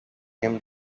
him